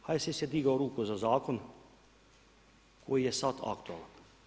HSS je digao ruku za zakon, koji je sad aktualan.